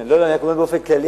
אני רק אומר באופן כללי,